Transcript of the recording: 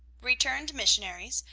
returned missionaries,